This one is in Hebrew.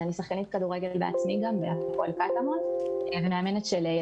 אני שחקנית כדורגל בהפועל קטמון ואני מאמנת נשים,